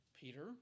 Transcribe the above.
Peter